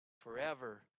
forever